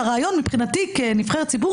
מבחינתי, כנבחרת ציבור